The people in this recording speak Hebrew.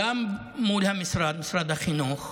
גם מול משרד החינוך.